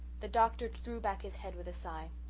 the doctor threw back his head with a sigh.